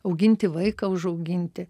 auginti vaiką užauginti